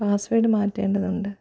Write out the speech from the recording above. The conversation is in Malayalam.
പാസ്സ്വേർഡ് മാറ്റേണ്ടതുണ്ട്